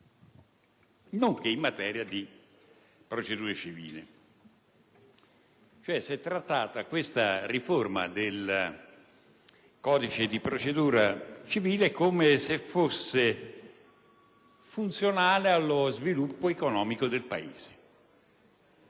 nonché in materia di processo civile». Si è cioè trattata questa riforma del codice di procedura civile come se fosse funzionale allo sviluppo economico del Paese.